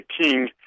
king